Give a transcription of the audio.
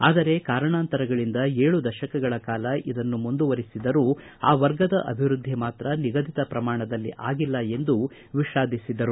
ಆದರೆ ಕಾರಣಾತರಂಗಳಿಂದ ಏಳು ದಶಕಗಳ ಕಾಲ ಇದನ್ನು ಮುಂದುವರೆಸಿದರೂ ಆ ವರ್ಗದ ಅಭಿವೃದ್ದಿ ಮಾತ್ರ ನಿಗದಿತ ಪ್ರಮಾಣದಲ್ಲಿ ಆಗಿಲ್ಲ ಎಂದು ವಿಷಾದಿಸಿದರು